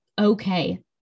okay